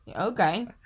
Okay